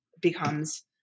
becomes